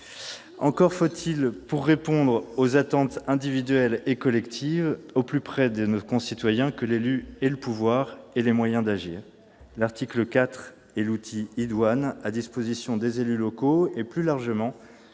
Encore faut-il, pour répondre aux attentes individuelles et collectives au plus près de nos concitoyens, que l'élu ait le pouvoir et les moyens d'agir. L'article 4 est l'outil idoine pour les élus locaux. Plus largement,